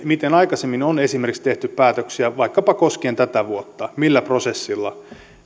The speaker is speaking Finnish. miten aikaisemmin on esimerkiksi tehty päätöksiä vaikkapa koskien tätä vuotta millä prosessilla